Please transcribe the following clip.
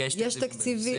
כן, יש תקציבים בנושא.